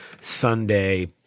Sunday